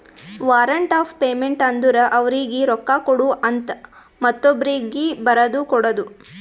warrant of payment ಅಂದುರ್ ಅವರೀಗಿ ರೊಕ್ಕಾ ಕೊಡು ಅಂತ ಮತ್ತೊಬ್ರೀಗಿ ಬರದು ಕೊಡೋದು